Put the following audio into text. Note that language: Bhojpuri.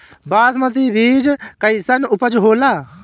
बासमती बीज कईसन उपज होला?